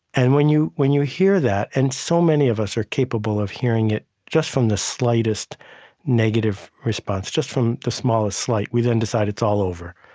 and when you when you hear that and so many of us are capable of hearing it just from the slightest negative response, just from the smallest slight we then decide it's all over.